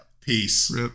Peace